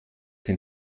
den